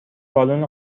بالن